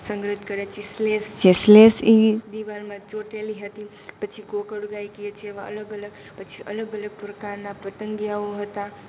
સંગ્રહિત કર્યા છે શ્લેષ છે શ્લેષ એ દિવાલમાં ચોંટેલી હતી પછી ગોકળ ગાય કહે છે એવા અલગ અલગ પછી અલગ અલગ પ્રકારનાં પતંગિયાઓ હતાં